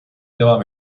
devam